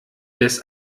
des